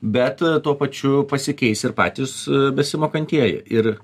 bet tuo pačiu pasikeis ir patys besimokantieji ir